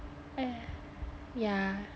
yeah